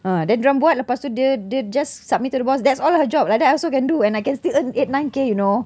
ah then buat lepas tu dia dia just submit to the boss that's all her job like that I also can do and I can still earn eight nine K you know